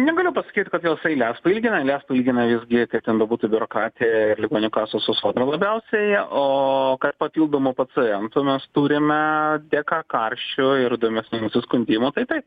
negaliu pasakyt kokias eiles pailgina nes palygina visgi kaip ten bebūtų biurokratija ir ligonių kasos su sodrom labiausiai o papildomų pacientų mes turim dėka karščio ir įdomesnių nusiskundimų tai taip